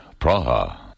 Praha